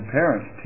parents